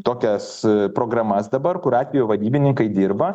tokias programas dabar kur atvejo vadybininkai dirba